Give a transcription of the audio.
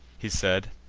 he said,